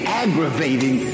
aggravating